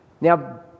Now